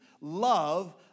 love